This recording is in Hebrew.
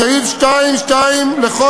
אז למה צריך חוק שכבר